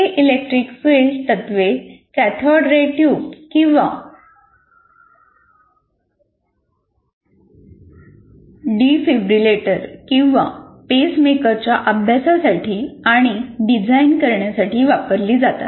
ही electric field तत्त्वे cathode ray tube किंवा defibrillator किंवा पेसमेकरच्या अभ्यासासाठी आणि डिझाइन करण्यासाठी वापरली जातात